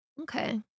Okay